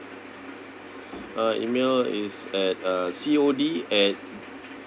uh email is at uh C O D at